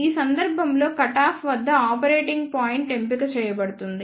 ఈ సందర్భంలో కటాఫ్ వద్ద ఆపరేటింగ్ పాయింట్ ఎంపిక చేయబడుతుంది